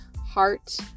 heart